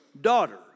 daughter